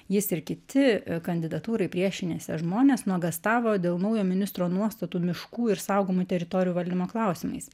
jis ir kiti kandidatūrai priešinęsi žmonės nuogąstavo dėl naujo ministro nuostatų miškų ir saugomų teritorijų valdymo klausimais